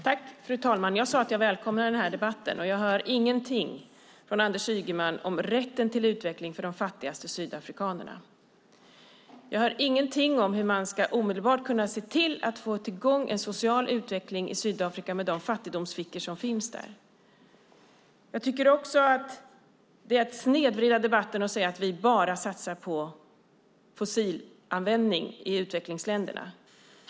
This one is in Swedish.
Fru talman! Jag sade att jag välkomnade debatten. Jag hör ingenting från Anders Ygeman om rätten till utveckling för de fattigaste sydafrikanerna. Jag hör ingenting om hur man ska se till att omedelbart få i gång en social utveckling i Sydafrika med de fattigdomsfickor som finns där. Det är att snedvrida debatten att säga att vi bara satsar på fossilanvändning i utvecklingsländerna.